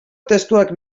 testuak